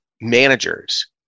managers